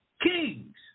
kings